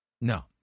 No